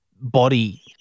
body